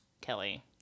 Kelly